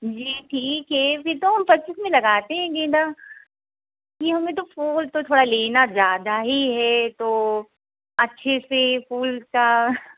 जी ठीक है फिर तो हम पच्चीस में लगाते हैं गेंदा जी हमें तो फूल तो हमें लेना ज़्यादा ही है तो अच्छे से फूल का